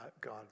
God